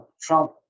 Trump